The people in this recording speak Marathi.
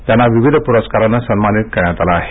त्यांना विविध पुरस्काराने सन्मानित करण्यात आलं आहे